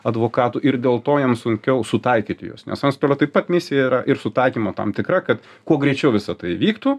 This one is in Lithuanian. advokatų ir dėl to jiem sunkiau sutaikyti juos nes antstolio taip pat misija yra ir sutaikymo tam tikra kad kuo greičiau visa tai įvyktų